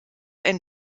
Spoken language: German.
ein